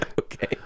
okay